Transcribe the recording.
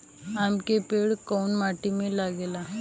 आम के पेड़ कोउन माटी में लागे ला?